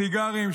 סיגרים,